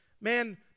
man